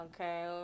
okay